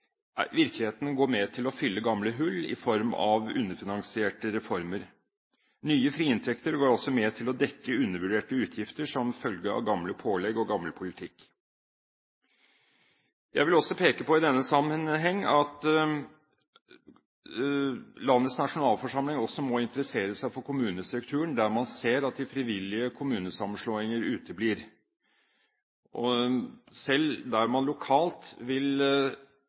virkeligheten går med til å fylle gamle hull i form av underfinansierte reformer. Nye frie inntekter går altså med til å dekke undervurderte utgifter som følge av gamle pålegg og gammel politikk. Jeg vil i denne sammenheng peke på at landets nasjonalforsamling også må interessere seg for kommunestrukturen, der man ser at de frivillige kommunesammenslåingene uteblir. Selv der man lokalt vil